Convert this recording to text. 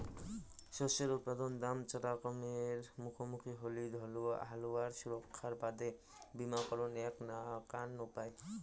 শস্যের উৎপাদন দাম চরা কমের মুখামুখি হলি হালুয়ার সুরক্ষার বাদে বীমাকরণ এ্যাক নাকান উপায়